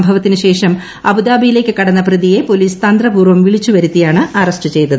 സംഭവത്തിന് ശേഷം അബുദാബ്ടിയിലേക്ക് കടന്ന പ്രതിയെ പൊലീസ് തന്ത്രപൂർവ്വം പ്രിളിച്ചുവരുത്തിയാണ് അറസ്റ്റ് ചെയ്തത്